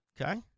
Okay